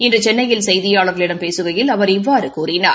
இன்று சென்னையில் செய்தியாளர்களிடம் பேசுகையில் அவர் இவ்வாறு கூறினார்